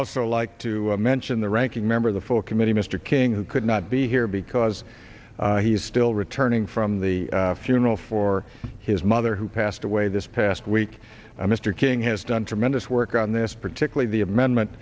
also like to mention the ranking member of the full committee mr king who could not be here because he is still returning from the funeral for his mother who passed away this past week i mr king has done tremendous work on this particularly the amendment